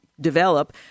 develop